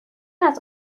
است